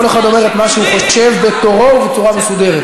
אחד אומר את מה שהוא חושב בתורו ובצורה מסודרת.